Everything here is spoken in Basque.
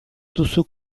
duzu